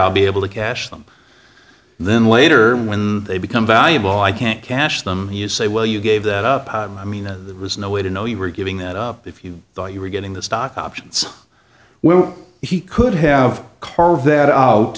i'll be able to cash them then later when they become valuable i can't cash them you say well you gave that up i mean there was no way to know you were giving that up if you thought you were getting the stock options well he could have carved that out